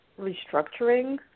restructuring